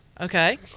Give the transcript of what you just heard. okay